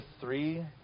three